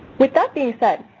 with that being said,